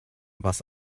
was